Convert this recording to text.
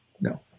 No